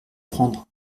prendre